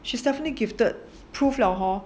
she definitely gifted prove lah hor